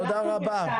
תודה רבה.